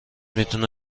میتونه